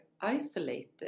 isolated